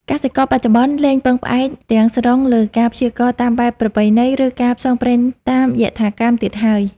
កសិករបច្ចុប្បន្នលែងពឹងផ្អែកទាំងស្រុងលើការព្យាករណ៍តាមបែបប្រពៃណី ឬការផ្សងព្រេងតាមយថាកម្មទៀតហើយ។